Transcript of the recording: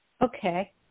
Okay